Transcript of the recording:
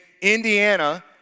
Indiana